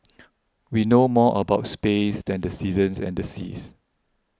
we know more about space than the seasons and the seas